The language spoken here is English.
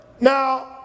Now